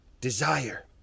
Desire